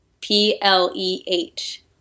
P-L-E-H